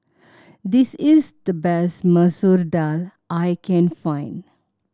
this is the best Masoor Dal I can find